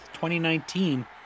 2019